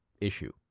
issue